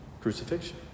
crucifixion